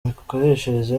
mikoreshereze